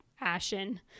ashen